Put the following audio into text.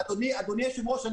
אדוני היושב-ראש,